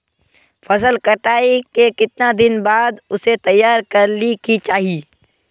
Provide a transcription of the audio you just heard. फसल कटाई के कीतना दिन बाद उसे तैयार कर ली के चाहिए?